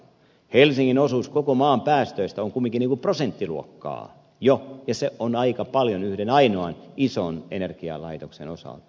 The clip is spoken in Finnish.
helsingin osuus koko maan päästöistä on kumminkin niin kuin prosenttiluokkaa jo ja se on aika paljon yhden ainoan ison energialaitoksen osalta